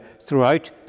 throughout